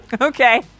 Okay